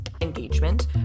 engagement